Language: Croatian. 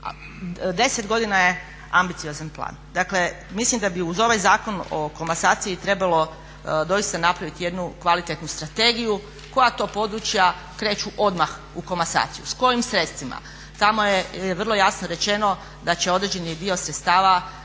10 godina je ambiciozan plan. Dakle, mislim da bi uz ovaj Zakon o komasaciji trebalo doista napraviti jednu kvalitetnu strategiju koja to područja kreću odmah u komasaciju, s kojim sredstvima? Tamo je vrlo jasno rečeno da će određeni dio sredstava